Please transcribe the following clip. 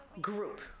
group